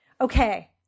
Okay